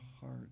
heart